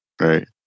Right